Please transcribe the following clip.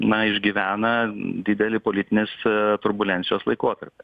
na išgyvena didelį politinės turbulencijos laikotarpį